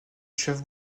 chef